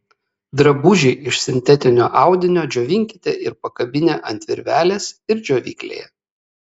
drabužį iš sintetinio audinio džiovinkite ir pakabinę ant virvelės ir džiovyklėje